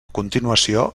continuació